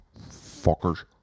fuckers